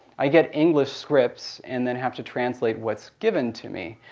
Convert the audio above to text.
i get english scripts and then have to translate what's given to me,